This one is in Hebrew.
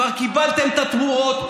כבר קיבלתם את התמורות.